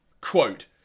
Quote